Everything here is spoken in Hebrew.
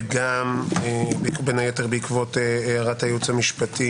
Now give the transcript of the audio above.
ובין היתר בעקבות הערת הייעוץ המשפטי